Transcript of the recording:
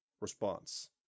Response